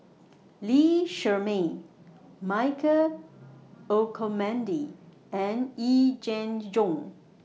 Lee Shermay Michael Olcomendy and Yee Jenn Jong